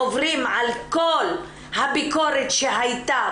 עוברים על כל הביקורת שהייתה,